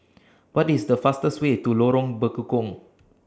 What IS The fastest Way to Lorong Bekukong